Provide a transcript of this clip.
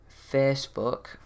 Facebook